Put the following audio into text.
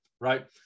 right